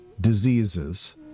diseases